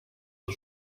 was